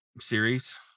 series